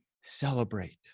celebrate